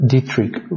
Dietrich